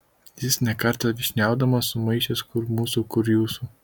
jis ne kartą vyšniaudamas sumaišęs kur mūsų kur jūsų